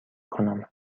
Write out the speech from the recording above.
کنم